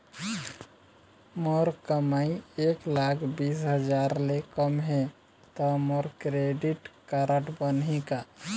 मोर कमाई एक लाख बीस हजार ले कम हे त मोर क्रेडिट कारड बनही का?